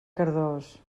cardós